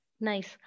Nice